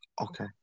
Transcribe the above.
okay